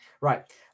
right